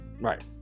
Right